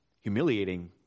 humiliating